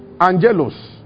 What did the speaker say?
Angelos